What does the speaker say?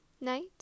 night